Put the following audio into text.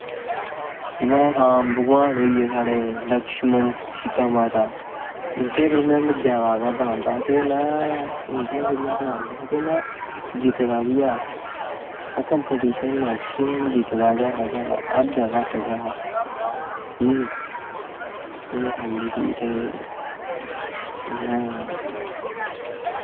जि'यां राम भगवान होइये साढ़े सीता माता इं'दे पर में जैदा गै बनांदा हा ते में इंदियां जेह्ड़ियां बनांदा हा ते में जित्ता बी हा में कंपिटिशन मैकसिमम जितदा गै हा जादा हारदा घट्ट गै हा ठीक ऐ एह् गल्ल ही ते में